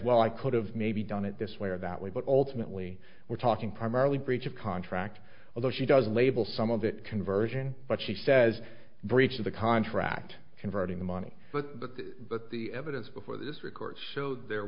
well i could have maybe done it this way or that way but ultimately we're talking primarily breach of contract although she doesn't label some of that conversion but she says breach of the contract converting the money but that the evidence before this record show there